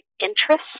interest